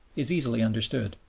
is easily understood.